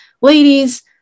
ladies